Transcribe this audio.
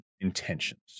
intentions